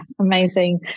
Amazing